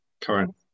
current